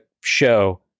show